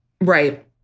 Right